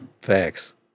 Facts